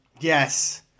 Yes